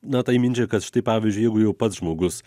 na tai minčiai kad štai pavyzdžiui jeigu jau pats žmogus